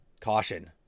Caution